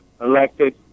elected